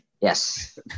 Yes